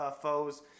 foes